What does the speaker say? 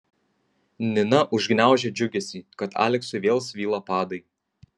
nina užgniaužė džiugesį kad aleksui vėl svyla padai